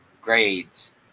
grades